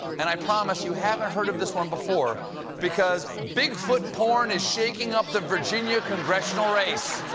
and i promise you haven't heard of this one before because bigfoot porn is shaking up the virginia congressional race.